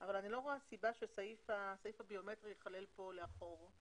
אבל אני לא רואה שהסעיף הביומטרי ייכלל כאן לאחור.